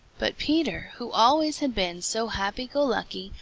but peter, who always had been so happy-go-lucky,